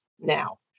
now